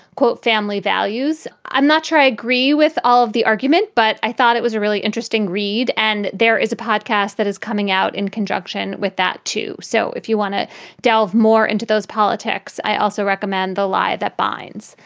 quote, family values. i'm not sure i agree with all of the argument, but i thought it was a really interesting read. and there is a podcast that is coming out in conjunction with that, too. so if you want to delve more into those politics, i also recommend the lie that binds.